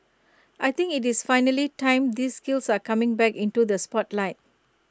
I think IT is finally time these skills are coming back into the spotlight